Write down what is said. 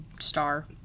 star